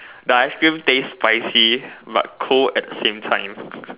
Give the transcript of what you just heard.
the ice cream taste spicy but cold at the same time